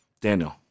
Daniel